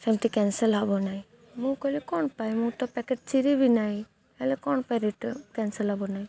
ସେମିତି କ୍ୟାନସଲ୍ ହେବ ନାହିଁ ମୁଁ କହିଲି କ'ଣ ପାଇଁ ମୁଁ ତ ପ୍ୟାକେଟ ଚିରି ବି ନାଇଁ ହେଲେ କ'ଣ ପାଇଁ କ୍ୟାନସଲ୍ ହେବ ନାହିଁ